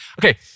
okay